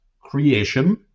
creation